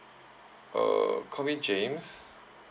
err call me james